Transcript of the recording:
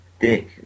Dick